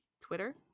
Twitter